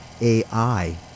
AI